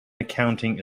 accounting